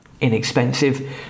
inexpensive